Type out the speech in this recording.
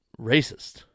racist